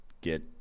get –